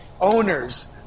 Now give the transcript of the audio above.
owners